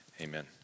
Amen